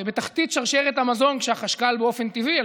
בתחתית שרשרת המזון כשהחשכ"ל באופן טבעי על